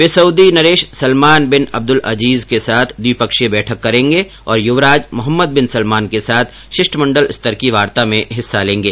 वे Saudi नरेश Salman bin Abdul Aziz के साथ द्विपक्षीय बैठक करेंगे और युवराज मोहम्मद बिन सलमान के साथ शिष्टमंडल स्तर की वार्ता में हिस्सा लेंगे